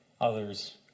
others